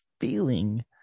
feeling